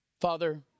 Father